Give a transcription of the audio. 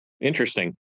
Interesting